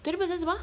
twenty percent 什么